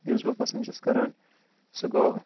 یُس بہٕ پسنٛد چھُس کَران سُہ گوٚو